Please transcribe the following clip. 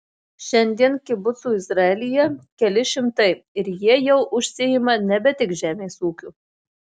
šiandien kibucų izraelyje keli šimtai ir jie jau užsiima nebe tik žemės ūkiu